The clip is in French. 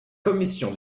commission